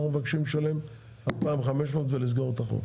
אנחנו מבקשים לשלם 2,500 ולסגור את החוב.